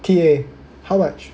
T_A how much